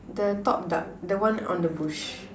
the top duck the one on the bush